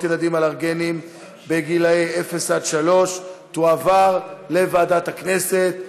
ילדים אלרגיים מלידה ועד גיל שלוש תועבר לוועדת הכנסת,